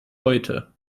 heute